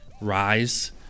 rise